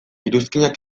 iruzkinak